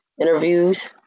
interviews